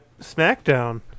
SmackDown